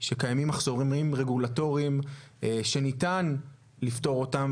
שקיימים מחסומים רגולטוריים שניתן לפתור אותם,